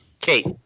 Kate